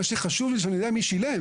מה שחשוב לי שאני יודע מי שילם.